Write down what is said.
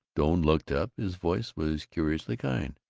doane looked up. his voice was curiously kind.